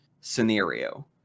scenario